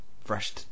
fresh